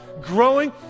growing